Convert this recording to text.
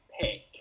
pick